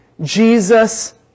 Jesus